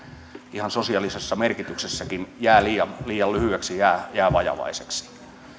ihan sosiaalisessa merkityksessäkin jää liian lyhyeksi jää jää vajavaiseksi